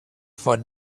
for